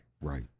Right